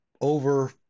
over